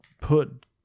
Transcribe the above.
put